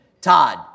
Todd